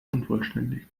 unvollständig